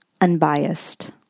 unbiased